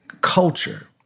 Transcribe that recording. culture